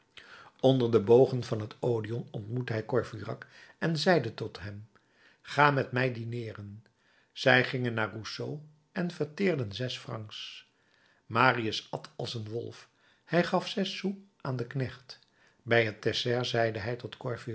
onder de bogen van het odéon ontmoette hij courfeyrac en zeide tot hem ga met mij dineeren zij gingen naar rousseau en verteerden zes francs marius at als een wolf hij gaf zes sous aan den knecht bij het dessert zeide hij tot